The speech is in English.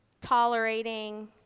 tolerating